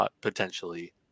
potentially